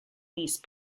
these